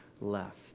left